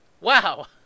wow